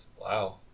wow